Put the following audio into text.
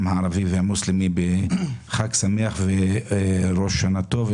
הערבי והמוסלמי בחג שמח וראש שנה טוב.